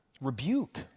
rebuke